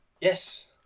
yes